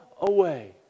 away